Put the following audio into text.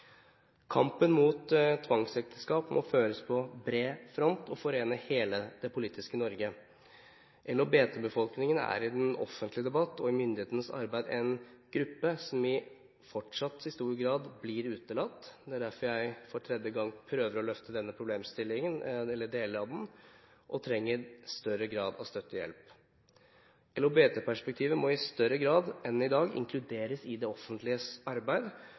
Kampen mot tvangsekteskap må føres på bred front og forene hele det politiske Norge. LHBT-befolkningen er i den offentlige debatt og i myndighetenes arbeid en gruppe som fortsatt i stor grad blir utelatt – det er derfor jeg for tredje gang prøver å løfte denne problemstillingen, eller deler av den – og som trenger større grad av støtte og hjelp. LHBT-perspektivet må i større grad enn i dag inkluderes i det offentliges arbeid